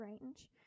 range